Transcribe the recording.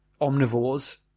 omnivores